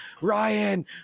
Ryan